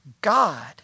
God